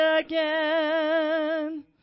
again